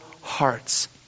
hearts